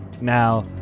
now